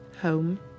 Home